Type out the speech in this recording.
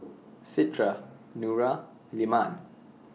Citra Nura Leman